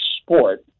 sport